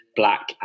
black